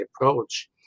approach